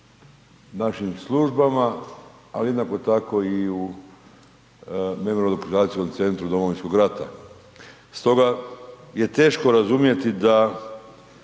našim službama ali jednako tako i u Memorijalno-dokumentacijskom centru Domovinskog rata stoga je teško razumjeti da